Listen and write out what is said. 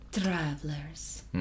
Travelers